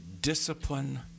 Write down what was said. discipline